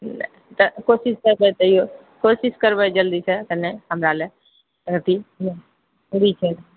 तऽ कोशिश करबै तइयो कोशिश करबै जल्दी सँ कनि हमरा लए बहुत ही जरुरी छै